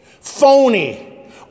phony